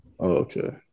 Okay